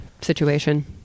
situation